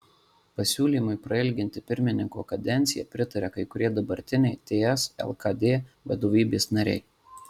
pasiūlymui prailginti pirmininko kadenciją pritaria kai kurie dabartiniai ts lkd vadovybės nariai